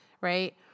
Right